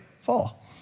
fall